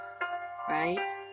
right